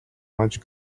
much